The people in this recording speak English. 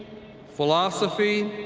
philosophy,